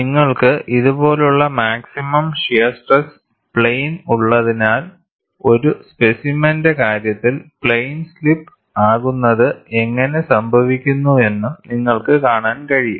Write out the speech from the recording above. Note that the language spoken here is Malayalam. നിങ്ങൾക്ക് ഇതുപോലുള്ള മാക്സിമം ഷിയർ സ്ട്രെസ് പ്ലെയിൻ ഉള്ളതിനാൽ ഒരു സ്പെസിമെന്റെ കാര്യത്തിൽ പ്ലെയിൻ സ്ലിപ്പ് ആകുന്നത് എങ്ങനെ സംഭവിക്കുന്നുവെന്നും നിങ്ങൾക്ക് കാണാൻ കഴിയും